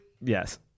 yes